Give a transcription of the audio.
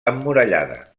emmurallada